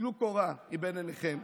טלו קורה מבין עיניכם.